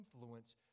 influence